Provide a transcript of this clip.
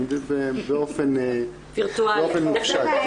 באופן מופשט.